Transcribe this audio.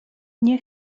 nie